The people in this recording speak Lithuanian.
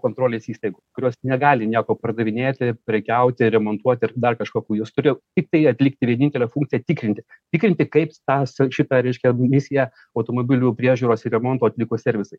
kontrolės įstaigos kurios negali nieko pardavinėti prekiauti remontuoti ar dar kažkokių jos turi tiktai atlikti vienintelę funkciją tikrinti tikrinti kaip tą šitą reiškia misiją automobilių priežiūros ir remonto atliko servisai